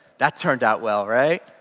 that turned out well, right?